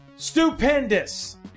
stupendous